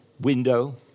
window